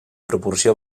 proporció